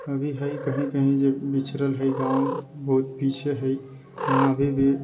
अभी हइ कहीँ कहीँ जे पिछड़ल हइ गाम बहुत पीछे हइ वहाँ अभी भी